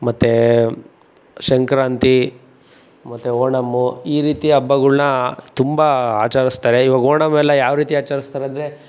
ಮತ್ತು ಸಂಕ್ರಾಂತಿ ಮತ್ತು ಓಣಂ ಈ ರೀತಿ ಹಬ್ಬಗಳ್ನ ತುಂಬ ಆಚರಿಸ್ತಾರೆ ಇವಾಗ ಓಣಂ ಎಲ್ಲ ಯಾವ ರೀತಿ ಆಚರಿಸ್ತಾರಂದ್ರೆ